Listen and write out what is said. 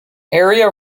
area